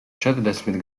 četrdesmit